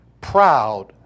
Proud